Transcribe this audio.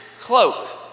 cloak